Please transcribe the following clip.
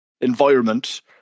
environment